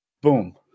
boom